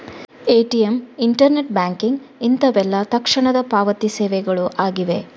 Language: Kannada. ಎ.ಟಿ.ಎಂ, ಇಂಟರ್ನೆಟ್ ಬ್ಯಾಂಕಿಂಗ್ ಇಂತವೆಲ್ಲ ತಕ್ಷಣದ ಪಾವತಿ ಸೇವೆಗಳು ಆಗಿವೆ